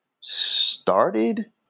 started